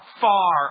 far